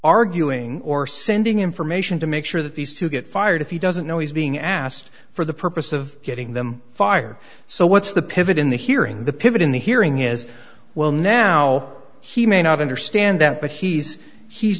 arguing or sending information to make sure that these two get fired if he doesn't know he's being asked for the purpose of getting them fired so what's the pivot in the hearing the pivot in the hearing is well now he may not understand that but he's he's